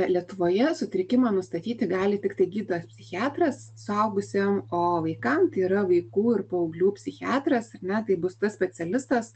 lietuvoje sutrikimą nustatyti gali tiktai gydytojas psichiatras suaugusiem o vaikam tai yra vaikų ir paauglių psichiatras ar ne tai bus tas specialistas